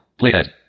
playhead